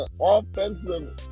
offensive